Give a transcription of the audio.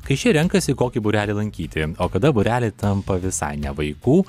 kai šie renkasi kokį būrelį lankyti o kada būreliai tampa visai ne vaikų